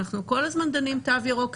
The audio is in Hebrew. אנחנו כל הזמן דנים על תו ירוק,